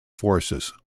forces